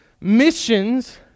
missions